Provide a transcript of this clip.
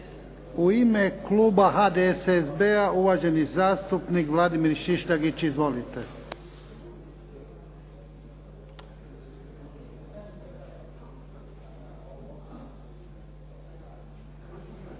U ime kluba HDSSB-a uvaženi zastupnik Vladimir Šišljagić. Izvolite.